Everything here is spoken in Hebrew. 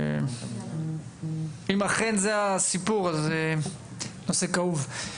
אם אכן זה הסיפור אז זה נושא כאוב.